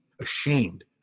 ashamed